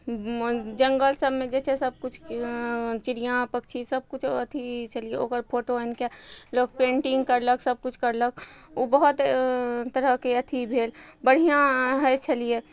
जङ्गल सबमे जे छै सबकिछु चिड़ियाँ पक्षी सबकिछु अथी छलियै ओकर फोटो आनिके लोक पेंटिंग करलक सबकिछु करलक ओ बहुत तरहके अथी भेल बढ़िआँ होइ छलियै